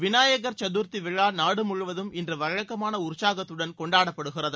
விநாயகர் சதர்த்தி விழா நாடு முழுவதும் இன்று வழக்கமான உற்சாகத்துடன் கொண்டாடப்படுகிறது